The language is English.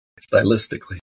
stylistically